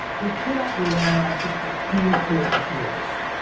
we cannot rely on just a handful of heroes.